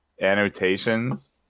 annotations